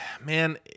man